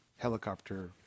helicopter